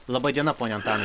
laba diena pone antanai